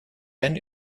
wenn